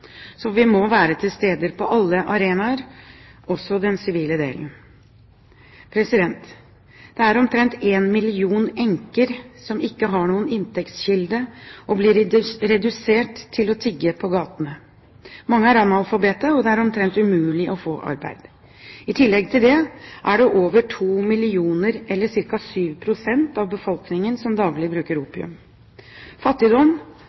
Så vi må være til stede på alle arenaer, også på den sivile delen. Det er omtrent én million enker som ikke har noen inntektskilde, og som blir redusert til å tigge på gatene. Mange er analfabeter, og det er omtrent umulig å få arbeid. I tillegg til det er det over 2 millioner, eller ca. 7 pst. av befolkningen, som daglig bruker opium. Fattigdom